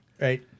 Right